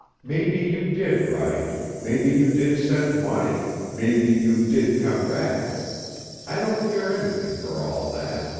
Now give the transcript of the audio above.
maybe you did write, maybe you did send money, maybe you did come back i don't care anything for all that.